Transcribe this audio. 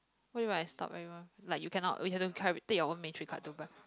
what do you mean by stalk everyone like you cannot you have to take your matric card to buy